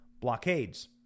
blockades